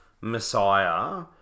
Messiah